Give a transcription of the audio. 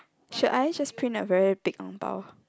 should I just print a very big ang bao